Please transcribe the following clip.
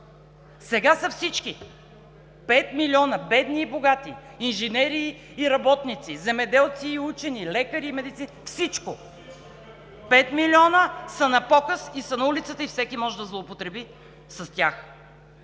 Сега са всичките! Пет милиона! Бедни и богати, инженери и работници, земеделци и учени, лекари и медицински сестри – всичко! Пет милиона са на показ и са на улицата, и всеки може да злоупотреби с тях.